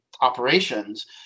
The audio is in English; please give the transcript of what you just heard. operations